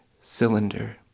cylinder